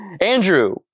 Andrew